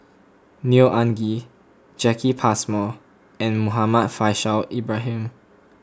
Neo Anngee Jacki Passmore and Muhammad Faishal Ibrahim